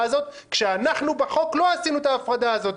הזאת כשאנחנו בחוק לא עשינו את ההפרדה הזאת?